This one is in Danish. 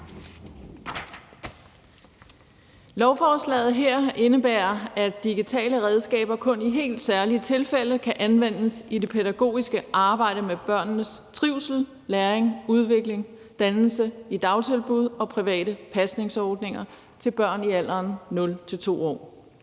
Lovforslaget her indebærer, at digitale redskaber kun i helt særlige tilfælde kan anvendes i det pædagogiske arbejde med børnenes trivsel, læring, udvikling og dannelse i dagtilbud og i private pasningsordninger for børn i alderen 0-2 år.